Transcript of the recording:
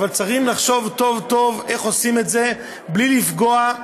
אבל צריכים לחשוב טוב טוב איך עושים את זה בלי לפגוע,